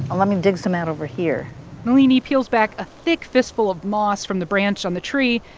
ah let me dig some out over here nalini peels back a thick fistful of moss from the branch on the tree.